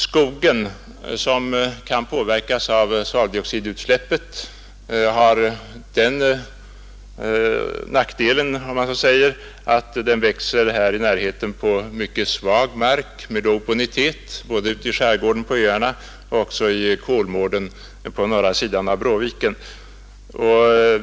Skogen, som kan påverkas av svaveldioxidutsläppet, växer här på mycket svag mark med låg bonitet både på öarna i skärgården och i Kolmården på norra sidan av Bråviken.